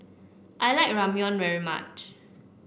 I like Ramyeon very much